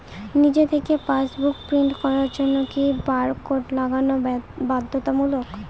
নিজে থেকে passbook print করার জন্য কি বারকোড লাগানো বাধ্যতামূলক?